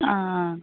ஆ ஆ